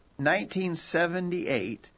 1978